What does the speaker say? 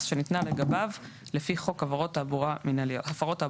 שניתנה לגביו לפי חוק הפרות תעבורה מינהליות".